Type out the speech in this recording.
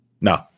No